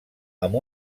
amb